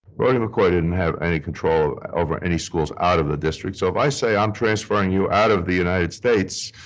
rhody mccoy didn't have any control over any schools out of the district. so if i say i'm transferring you out of the united states,